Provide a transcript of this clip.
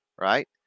Right